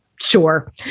Sure